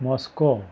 Moscow